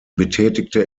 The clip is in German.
betätigte